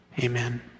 Amen